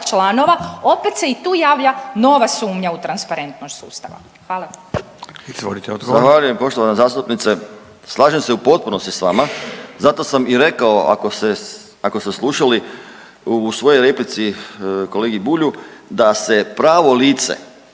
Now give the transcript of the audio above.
Izvolite odgovor. **Pavić, Željko (Nezavisni)** Zahvaljujem poštovana zastupnice. Slažem se u potpunosti sa vama. Zato sam i rekao ako ste slušali u svojoj replici kolegi Bulju da se pravo lice